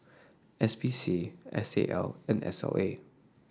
S P C S A L and S L A